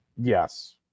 Yes